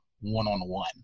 one-on-one